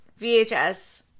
VHS